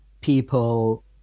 people